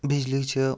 بِجلی چھِ